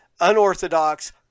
unorthodox